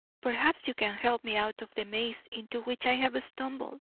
perhaps you can help me out of the maze into which i have stumbled.